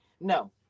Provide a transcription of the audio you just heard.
No